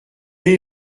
est